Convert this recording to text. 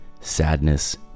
sadness